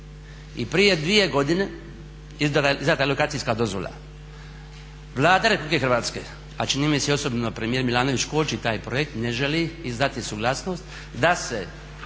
i prije dvije godine izdata je lokacijska dozvola. Vlada Republike Hrvatske, a čini mi se i osobno premijer Milanović koči taj projekt, ne želi izdati suglasnost da se